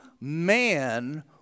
man